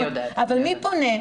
אבל מי פונה?